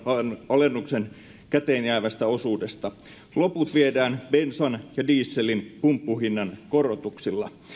alennuksen käteen jäävästä osuudesta loput viedään bensan ja dieselin pumppuhinnan korotuksilla